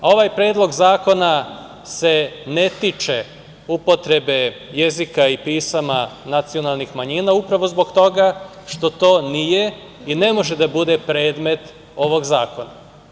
Ovaj predlog zakona se ne tiče upotrebe jezika i pisama nacionalnih manjina upravo zbog toga što to nije i ne može da bude predmet ovog zakona.